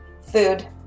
food